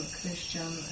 Christian